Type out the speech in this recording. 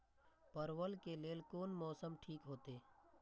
परवल के लेल कोन मौसम ठीक होते?